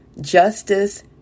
justice